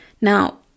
Now